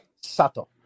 Sato